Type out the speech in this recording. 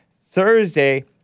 Thursday